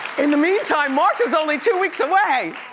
in the meantime, march is only two weeks away.